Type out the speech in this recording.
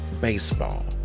baseball